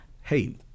Hey